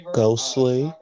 ghostly